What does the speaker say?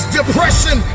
depression